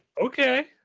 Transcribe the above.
Okay